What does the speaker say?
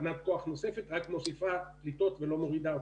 תחנת כוח נוספת רק מוסיפה פליטות ולא מורידה אותן.